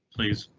please,